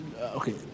Okay